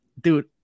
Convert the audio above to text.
dude